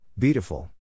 Beautiful